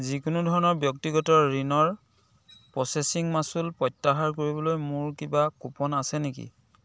যিকোনো ধৰণৰ ব্যক্তিগত ঋণৰ প্ৰচেছিং মাচুল প্ৰত্যাহাৰ কৰিবলৈ মোৰ কিবা কুপন আছে নেকি